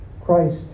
Christ